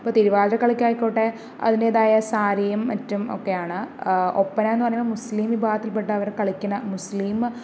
ഇപ്പോൾ തിരുവാതിര കളിക്കായിക്കോട്ടെ അതിൻ്റെതായ സാരിയും മറ്റും ഒക്കെയാണ് ഒപ്പന എന്നു പറയുന്ന മുസ്ലിം വിഭാഗത്തിൽപ്പെട്ട അവർ കളിക്കുന്ന മുസ്ലിം